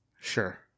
Sure